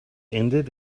ended